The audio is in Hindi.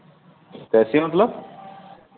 कैसी मतलब